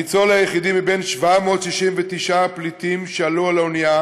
הניצול היחיד מ-769 הפליטים שעלו על האנייה